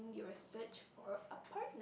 your search for a partner